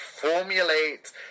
formulate